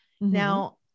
Now